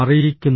അറിയിക്കുന്നു